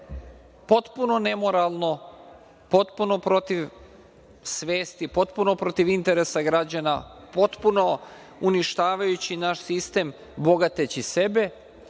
potpuno nemoralno, potpuno protiv svesti, potpuno protiv interesa građana, potpuno uništavajući naš sistem bogateći sebe,